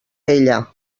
ella